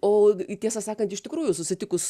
o tiesą sakant iš tikrųjų susitikus